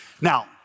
Now